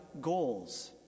goals